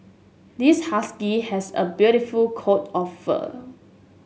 this husky has a beautiful coat of fur